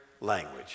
language